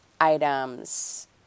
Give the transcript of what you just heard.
items